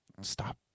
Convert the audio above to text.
Stop